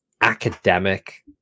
academic